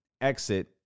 exit